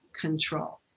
control